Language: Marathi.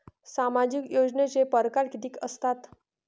सामाजिक योजनेचे परकार कितीक असतात?